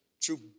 true